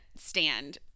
stand –